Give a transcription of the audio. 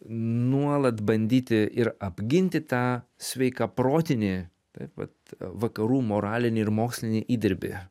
nuolat bandyti ir apginti tą sveiką protinį taip pat vakarų moralinį ir mokslinį įdirbį